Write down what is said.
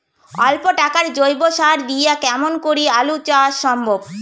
অল্প টাকার জৈব সার দিয়া কেমন করি আলু চাষ সম্ভব?